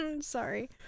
Sorry